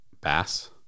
bass